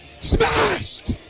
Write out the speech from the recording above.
Smashed